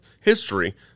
history